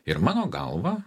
ir mano galva